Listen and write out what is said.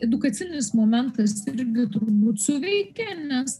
edukacinis momentas irgi turbūt suveikė nes